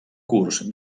curs